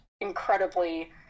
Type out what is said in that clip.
incredibly